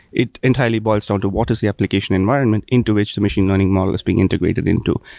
it entirely boils down to what is the application environment into which the machine learning model is being integrated into.